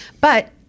But-